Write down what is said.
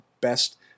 best